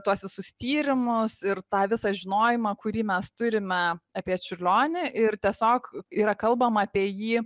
tuos visus tyrimus ir tą visą žinojimą kurį mes turime apie čiurlionį ir tiesiog yra kalbama apie jį